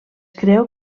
creu